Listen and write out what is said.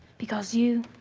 because you,